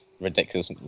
ridiculous